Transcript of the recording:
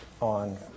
On